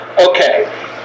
Okay